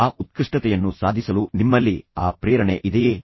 ಆ ಉತ್ಕೃಷ್ಟತೆಯನ್ನು ಸಾಧಿಸಲು ನಿಮ್ಮಲ್ಲಿ ಆ ಪ್ರೇರಣೆ ಇದೆಯೇ